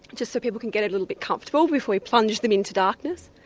just so people can get a little bit comfortable before we plunge them into darkness,